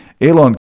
Elon